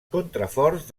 contraforts